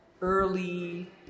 early